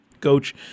Coach